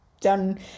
done